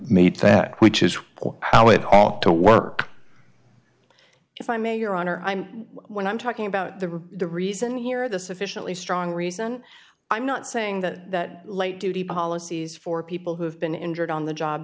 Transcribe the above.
meet that which is how it ought to work if i may your honor i'm what i'm talking about the the reason you're the sufficiently strong reason i'm not saying that light duty policies for people who have been injured on the job